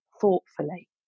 Thoughtfully